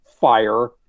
fire